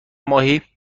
ماهی